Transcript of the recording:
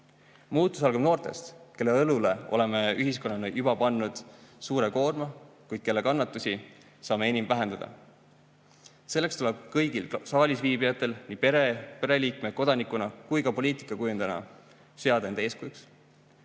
Muutus algab noortest, kelle õlule oleme ühiskonnana juba pannud suure koorma, kuid kelle kannatusi saame enim vähendada. Selleks tuleb kõigil, ka saalisviibijatel, nii pereliikme, kodaniku kui ka poliitika kujundajana seada end eeskujuks.